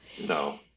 No